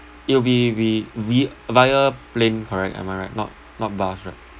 it'll be v~ v~ via plane correct am I right not not bus right